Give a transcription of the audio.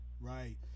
right